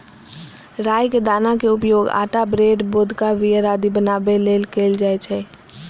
राइ के दाना के उपयोग आटा, ब्रेड, वोदका, बीयर आदि बनाबै लेल कैल जाइ छै